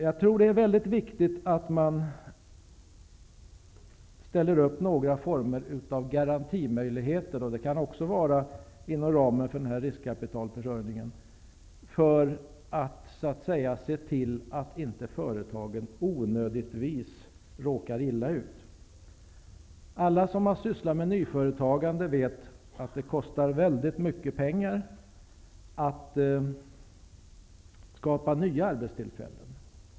Jag tror att det är väldigt viktigt att ställa upp någon form av garantimöjligheter, och det kan göras inom ramen för riskkapitalförsörjningen, för att så att säga se till att inte företag onödigtvis råkar illa ut. Alla som har sysslat med nyföretagande vet att det kostar väldigt mycket pengar att skapa nya arbetstillfällen.